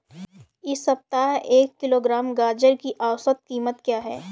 इस सप्ताह एक किलोग्राम गाजर की औसत कीमत क्या है?